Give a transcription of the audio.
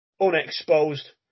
unexposed